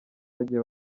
agiye